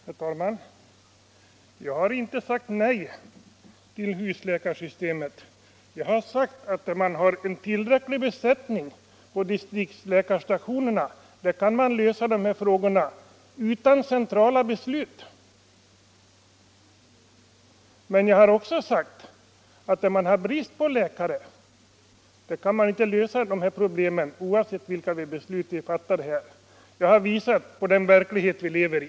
Herr talman! Jag har inte sagt nej till husläkarsystemet. Men jag har sagt att där det finns tillräckliga resurser på distriktsläkarstationerna kan dessa frågor lösas utan centrala beslut. Jag har också sagt att när vi har brist på läkare kan vi inte lösa dessa problem, oavsett vilka beslut vi fattar här. Jag har visat på den verklighet som vi lever i.